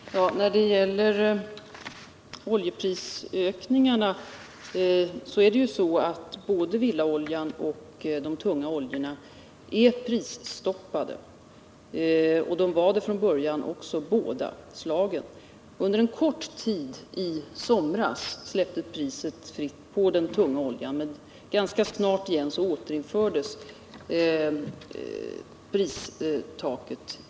Herr talman! När det gäller oljeprisökningarna är det ju så att såväl villaoljan som de tunga oljorna är prisstoppade, och båda slagen av olja var det från början också. Under en kort tid i somras släpptes priset fritt på den tunga oljan, men ganska snart återinfördes pristaket.